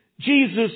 Jesus